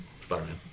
Spider-Man